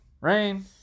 rain